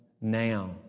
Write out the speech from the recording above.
now